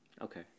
Okay